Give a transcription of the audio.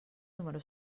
número